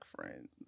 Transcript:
friends